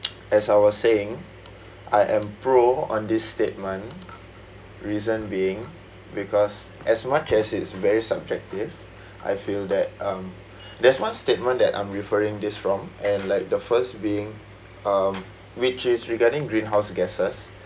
as I was saying I am pro on this statement reason being because as much as it's very subjective I feel that um there's one statement that I'm referring this from and like the first being um which is regarding greenhouse gases